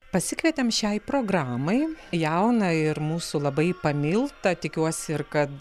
pasikvietėm šiai programai jauną ir mūsų labai pamiltą tikiuosi ir kad